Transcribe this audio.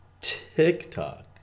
TikTok